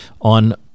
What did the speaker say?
on